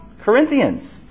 Corinthians